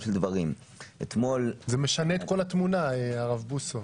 זה משנה את כל התמונה, הרב בוסו.